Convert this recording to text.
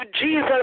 Jesus